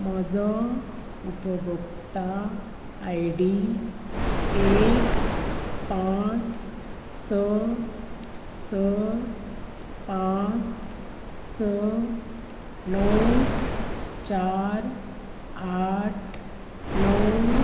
म्हजो उपभोक्ता I D एक पांच स स पांच स णव चार आठ णव